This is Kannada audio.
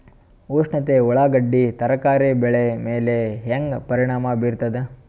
ಉಷ್ಣತೆ ಉಳ್ಳಾಗಡ್ಡಿ ತರಕಾರಿ ಬೆಳೆ ಮೇಲೆ ಹೇಂಗ ಪರಿಣಾಮ ಬೀರತದ?